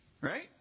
Right